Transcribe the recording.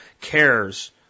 cares